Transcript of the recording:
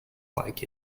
like